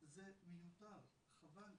זה מיותר, חבל.